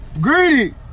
greedy